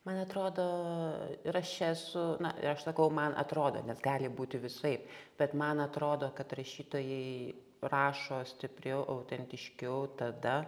man atrodo ir aš čia esu na aš sakau man atrodo nes gali būti visaip bet man atrodo kad rašytojai rašo stipriau autentiškiau tada